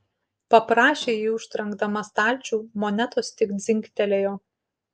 paprašė ji užtrenkdama stalčių monetos tik dzingtelėjo